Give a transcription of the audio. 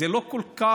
זו לא כל כך